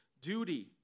duty